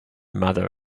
mother